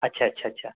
अच्छा अच्छा अच्छा